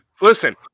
Listen